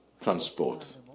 transport